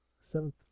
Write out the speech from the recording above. Seventh